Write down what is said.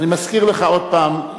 אני מזכיר לך עוד פעם,